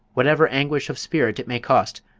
whatever anguish of spirit it may cost,